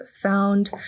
found